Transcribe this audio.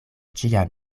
ĉiam